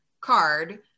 card